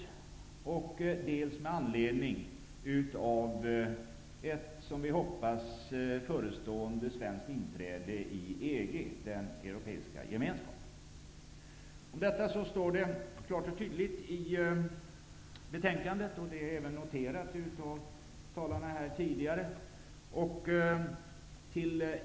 En översyn behövs också med anledning av ett, som vi hoppas, förestående svenskt inträde i EG, den europeiska gemenskapen. Detta sägs klart och tydligt i betänkandet, och det har noterats av de tidigare talarna.